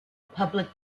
public